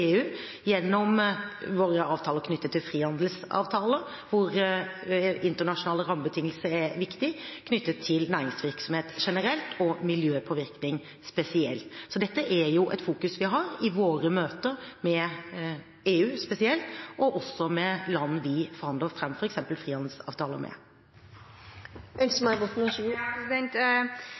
EU, gjennom våre avtaler knyttet til frihandel, hvor internasjonale rammebetingelser er viktig, knyttet til næringsvirksomhet generelt og miljøpåvirkning spesielt. Så dette fokuserer vi på i våre møter med EU – spesielt – og med land vi forhandler fram f.eks. frihandelsavtaler med.